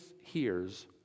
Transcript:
hears